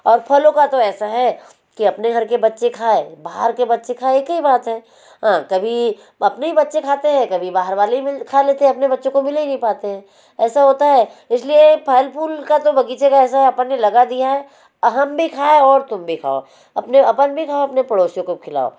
और फलों का तो ऐसा है कि अपने घर के बच्चे खाए बाहर के बच्चे खाए एक ही बात है हाँ कभी अपने ही बच्चे खाते हैं कभी बाहर वाले भी खा लेते हैं अपने बच्चों को मिल ही नहीं पाते हैं ऐसा होता है इसलिए फल फूल का तो बगीचे का ऐसा है अपन ने लगा दिया है हम भी खाए और तुम भी खाओ अपने अपन भी खाओ अपने पड़ोसियों को खिलाओ